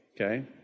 okay